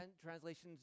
translations